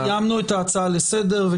סיימנו את ההצעה לסדר.